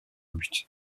but